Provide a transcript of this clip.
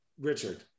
Richard